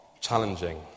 challenging